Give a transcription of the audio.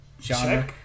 genre